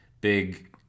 big